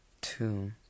Two